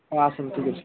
ଆସନ୍ତୁ ଠିକ୍ ଅଛି